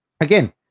Again